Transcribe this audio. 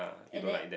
and then